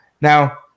Now